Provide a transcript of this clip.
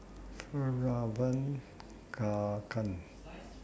Fjallraven Kanken